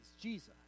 Jesus